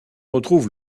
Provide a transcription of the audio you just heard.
retrouve